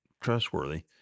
trustworthy